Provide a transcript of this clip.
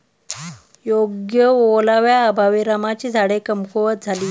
योग्य ओलाव्याअभावी रामाची झाडे कमकुवत झाली